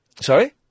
Sorry